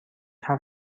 حرف